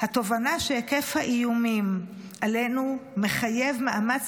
התובנה שהיקף האיומים עלינו מחייב מאמץ